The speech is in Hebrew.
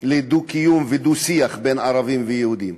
כלשהי לדו-קיום ולדו-שיח בין ערבים ויהודים.